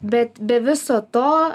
bet be viso to